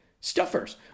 stuffers